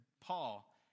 Paul